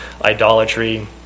idolatry